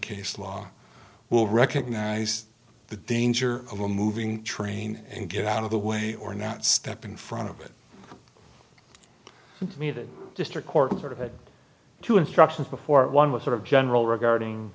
case law will recognize the danger of a moving train and get out of the way or not step in front of it to me that mr corker had to instruct before one was sort of general regarding